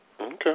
Okay